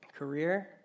Career